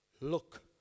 look